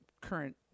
current